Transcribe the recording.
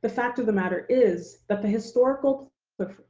the fact of the matter is that the historical